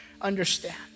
understand